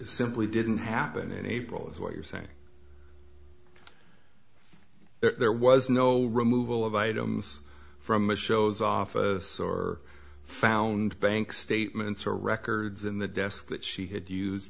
simply didn't happen in april is what you're saying there was no removal of items from the shows off of or found bank statements or records in the desk that she had used